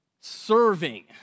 serving